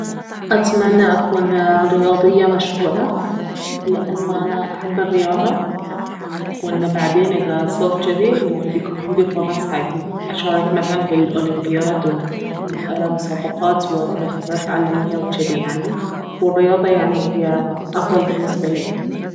أتمنى أكون رياضية مشهورة لانه انا احب الرياضة وانه بعدين اذا صرت جذي يعني بيكون عندي فرص حق أشارك مثلا في الاولمبياد ومسابقات ومنافسات عالمية وجذي يعني والرياضة يعني اهي افضل بالنسبة لي